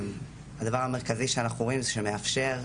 הדבר המרכזי שאנחנו רואים זה שזה מאפשר.